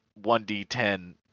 1d10